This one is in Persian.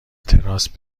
تراس